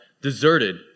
deserted